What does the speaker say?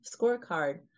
scorecard